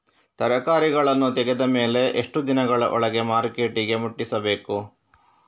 ತರಕಾರಿಗಳನ್ನು ತೆಗೆದ ಮೇಲೆ ಎಷ್ಟು ದಿನಗಳ ಒಳಗೆ ಮಾರ್ಕೆಟಿಗೆ ಮುಟ್ಟಿಸಬೇಕು?